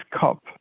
cup